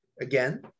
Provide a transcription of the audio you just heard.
Again